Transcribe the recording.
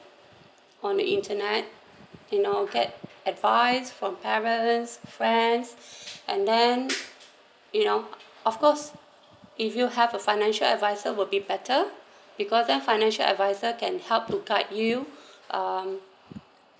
on the internet you know get advice from parents friends and then you know of course if you have a financial adviser will be better because then financial adviser can help to guide you um